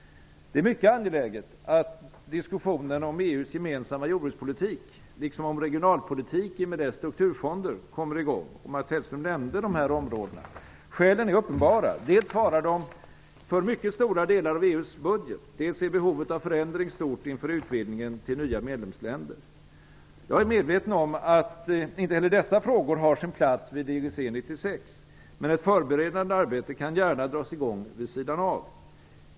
Det är mycket angeläget att diskussionen om EU:s gemensamma jordbrukspolitik liksom om regionalpolitik och i och med det strukturfonder kommer i gång. Mats Hellström nämnde också dessa områden. Skälen är uppenbara, dels svarar de för mycket stora delar av EU:s budget, dels är behovet av förändring stort inför utvidgningen genom nya medlemsländer. Jag är medveten om att inte heller dessa frågor har sin plats vid IGC 96, men ett förberedande arbete kan gärna dras i gång vid sidan av.